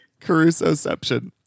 Carusoception